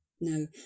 No